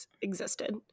existed